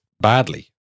badly